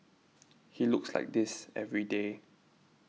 he looks like this every day